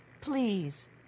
please